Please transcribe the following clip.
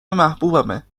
محبوبمه